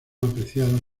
apreciadas